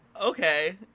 Okay